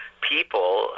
people